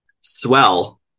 Swell